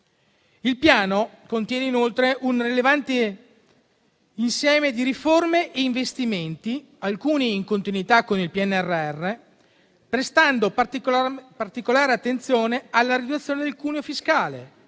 Il Piano contiene inoltre un rilevante insieme di riforme e investimenti, alcuni in continuità con il PNRR, prestando particolare attenzione alla riduzione del cuneo fiscale